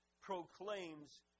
proclaims